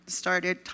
started